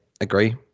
agree